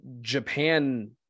Japan